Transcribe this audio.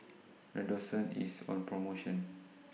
Redoxon IS on promotion